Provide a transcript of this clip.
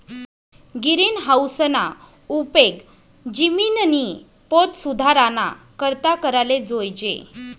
गिरीनहाऊसना उपेग जिमिननी पोत सुधाराना करता कराले जोयजे